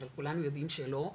אבל כולנו יודעים שלא,